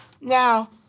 Now